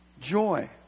Joy